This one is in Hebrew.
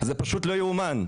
זה פשוט לא יאומן,